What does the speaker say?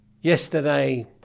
yesterday